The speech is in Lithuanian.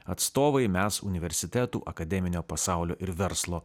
atstovai mes universitetų akademinio pasaulio ir verslo